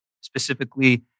specifically